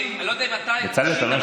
לפני הצבעה יש עמדה נוספת.